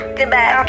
Goodbye